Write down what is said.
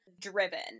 driven